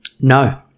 No